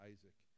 Isaac